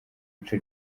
ico